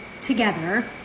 together